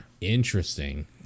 interesting